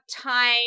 time